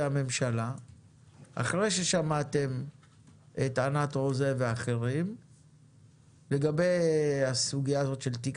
הממשלה אחרי ששמעתם את ענת רוזה ואת אחרים לגבי הסוגיה הזאת של תיק